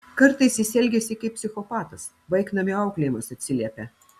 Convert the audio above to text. kartais jis elgiasi kaip psichopatas vaiknamio auklėjimas atsiliepia